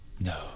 No